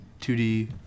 2D